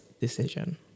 decision